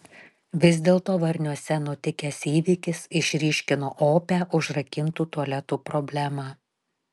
vis dėlto varniuose nutikęs įvykis išryškino opią užrakintų tualetų problemą